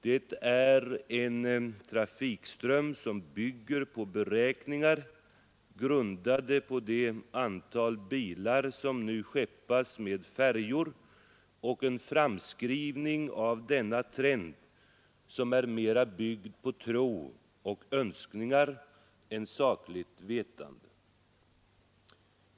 Det är en trafikström som bygger på beräkningar grundade på det antal bilar som nu skeppas med färjor och en framskrivning av denna trend som är mera byggd på tro och önskningar än på sakligt vetande.